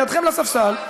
לידכם בספסל,